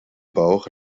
bauch